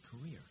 career